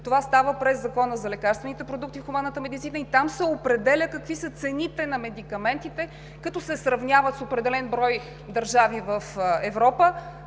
Това става през Закона за лекарствените продукти в хуманната медицина и там се определя какви са цените на медикаментите, като се сравняват с определен брой държави в Европа.